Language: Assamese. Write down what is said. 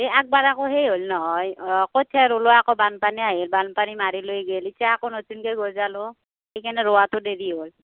এই আগবাৰ আকৌ সেই হ'ল নহয় কঠীয়া ৰুলোঁ আকৌ বানপানী আহিল বানপানী মাৰি লৈ গেল এতিয়া আকৌ নতুনকৈ গজালোঁ সেইকাৰণে ৰোৱাটো দেৰি হ'ল